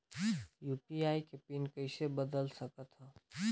UPI के PIN कइसे बदल सकथव?